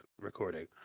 recording